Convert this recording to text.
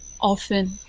Often